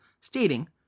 stating